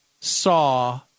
saw